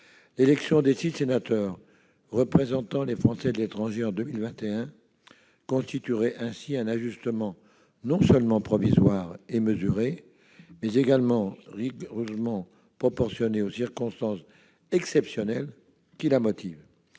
L'élection en 2021 de six sénateurs représentant les Français de l'étranger constituerait ainsi un ajustement non seulement provisoire et mesuré, mais également rigoureusement proportionné aux circonstances exceptionnelles qui le motivent.